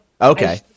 Okay